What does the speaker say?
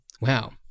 Wow